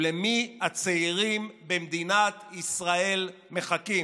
ולמי הצעירים במדינת ישראל מחכים?